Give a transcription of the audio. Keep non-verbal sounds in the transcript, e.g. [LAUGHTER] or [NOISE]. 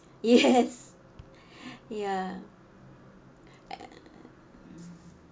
yes [BREATH] ya [NOISE]